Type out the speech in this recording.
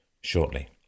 shortly